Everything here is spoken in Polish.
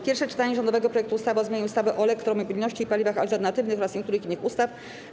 Pierwsze czytanie rządowego projektu ustawy o zmianie ustawy o elektromobilności i paliwach alternatywnych oraz niektórych innych ustaw.